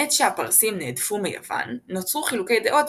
מעת שהפרסים נהדפו מיוון נוצרו חילוקי דעות